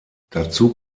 dazu